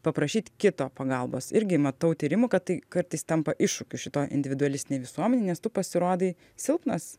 paprašyt kito pagalbos irgi matau tyrimų kad tai kartais tampa iššūkiu šitoj individualistinėj visuomenėj nes tu pasirodai silpnas